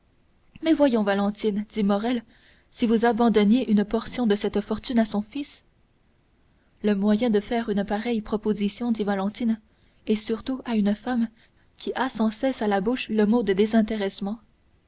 mais voyons valentine dit morrel si vous abandonniez une portion de cette fortune à ce fils le moyen de faire une pareille proposition dit valentine et surtout à une femme qui a sans cesse à la bouche le mot de désintéressement